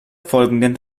folgenden